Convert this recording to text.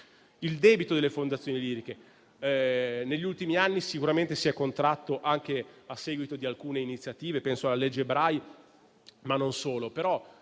Il debito delle fondazioni liriche negli ultimi anni sicuramente si è contratto anche a seguito di alcune iniziative, e penso alla legge Bray, e non solo.